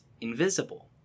invisible